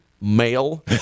male